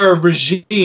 regime